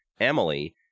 emily